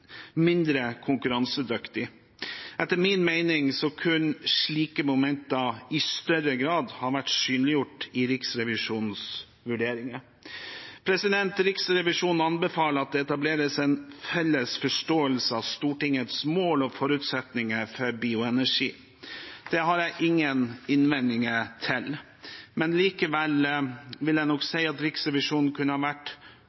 mindre konkurransedyktig. Etter min mening kunne slike momenter i større grad ha vært synliggjort i Riksrevisjonens vurderinger. Riksrevisjonen anbefaler at det etableres en felles forståelse av Stortingets mål og forutsetninger for bioenergi. Det har jeg ingen innvendinger til, men likevel vil jeg nok si at Riksrevisjonen kunne ha vært